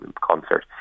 concert